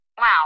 Wow